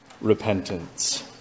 repentance